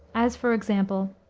as, for example,